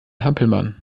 hampelmann